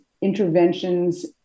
interventions